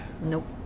Nope